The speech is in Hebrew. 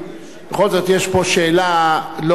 בכל זאת, יש פה שאלה שנוגעת לא לקאדי.